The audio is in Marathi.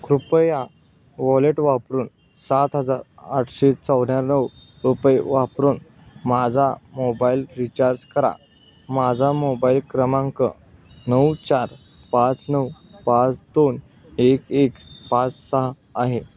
कृपया वॉलेट वापरून सात हजार आठशे चौऱ्याण्णव रुपये वापरून माझा मोबाईल रिचार्ज करा माझा मोबाईल क्रमांक नऊ चार पाच नऊ पाच दोन एक एक पाच सहा आहे